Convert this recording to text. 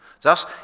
Thus